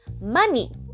money